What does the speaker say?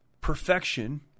perfection